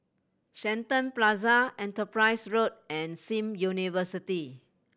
Shenton Plaza Enterprise Road and Sim University